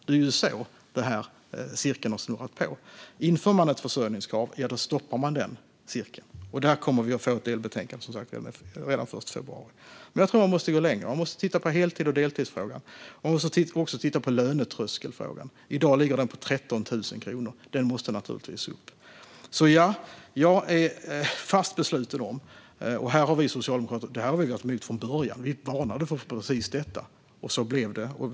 Det är så den här cirkeln har snurrat på. Om man inför ett försörjningskrav stoppar man den cirkeln. Där kommer vi som sagt att få ett delbetänkande redan den 1 februari. Jag tror dock att man måste gå längre och titta på frågan om heltid och deltid. Man måste också titta på frågan om lönetröskeln. I dag ligger den på 13 000 kronor. Den måste naturligtvis upp. Vi socialdemokrater har varit emot det här från början. Vi varnade för precis detta. Det blev också på det sättet.